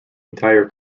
entire